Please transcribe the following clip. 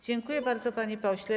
Dziękuję bardzo, panie pośle.